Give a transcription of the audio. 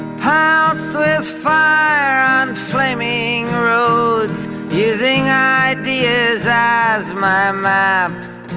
pounced with fire on flaming roads using ideas as my maps